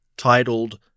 Titled